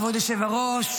כבוד היושב-ראש,